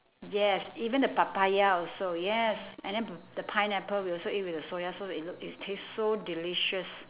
yes even the papaya also yes and then p~ the pineapple we also eat with the soya sauce it l~ it's tastes so delicious